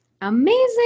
Amazing